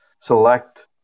select